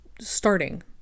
starting